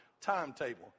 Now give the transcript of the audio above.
timetable